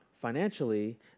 financially